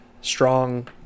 strong